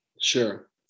Sure